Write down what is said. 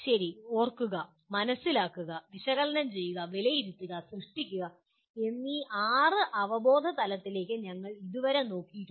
ശരി ഓർക്കുക മനസിലാക്കുക വിശകലനം ചെയ്യുക വിലയിരുത്തുക സൃഷ്ടിക്കുക എന്നീ ആറ് അവബോധതലങ്ങളിലേക്ക് ഞങ്ങൾ ഇതുവരെ നോക്കിയിട്ടുണ്ട്